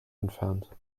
entfernt